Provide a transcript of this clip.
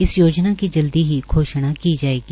इस योजना को जल्दी ही घोषणा की जायेगी